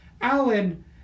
Alan